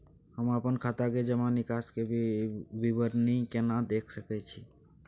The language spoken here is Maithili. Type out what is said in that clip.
हम अपन खाता के जमा निकास के विवरणी केना देख सकै छी?